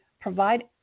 provide